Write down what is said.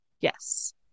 yes